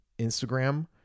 Instagram